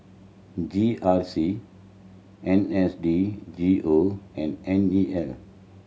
G R C N S D G O and N E L